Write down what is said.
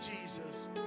Jesus